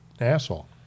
asshole